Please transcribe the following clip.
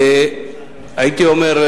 הייתי אומר,